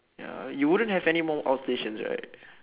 ya you wouldn't have any more outstations right